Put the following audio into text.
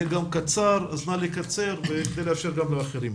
יהיה גם קצר אז נא לקצר כדי לאפשר גם לאחרים.